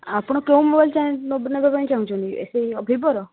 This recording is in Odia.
ଆପଣ କେଉଁ ମୋବାଇଲ୍ ନେବା ପାଇଁ ଚାହୁଁଛନ୍ତି ଏ ସେଇ ଭିବୋର